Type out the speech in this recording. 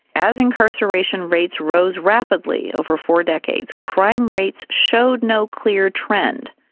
as incarceration rates rose rapidly over four decades, crime rates showed no clear trend.